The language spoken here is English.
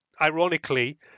ironically